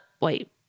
Wait